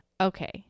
Okay